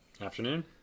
Afternoon